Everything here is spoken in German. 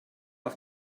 auf